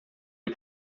les